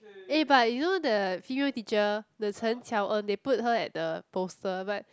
eh but you know the female teacher the Cheng-Qiao-En they put her at the poster but